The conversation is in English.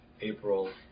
April